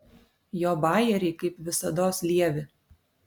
jo bajeriai kaip visados lievi